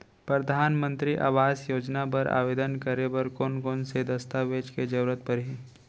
परधानमंतरी आवास योजना बर आवेदन करे बर कोन कोन से दस्तावेज के जरूरत परही?